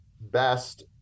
best